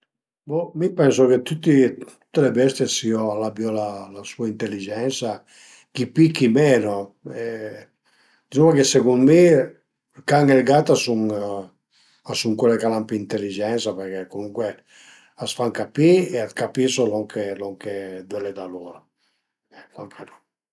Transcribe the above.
Bo mi pensu che tüti tüte le bestie a sio, al abiu la sua inteligensa chi pi chi meno e dizuma che secund mi ël can e ël gat a sun chule ch'al an pi inteligensa përché comuncue a s'fan capì e a capisu lon che lon che völe da lur